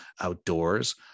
outdoors